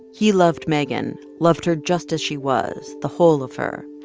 he loved megan loved her just as she was, the whole of her.